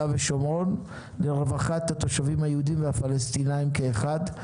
ושומרון לרווחת התושבים היהודים והפלסטינים כאחד.